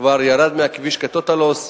כבר ירד מהכביש כ"טוטאל-לוס",